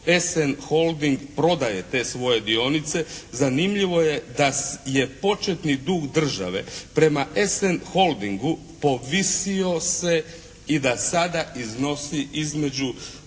Holding" prodaje te svoje dionice, zanimljivo je da je početni dug države prema "Essen Holdingu" povisio se i da sada iznosi između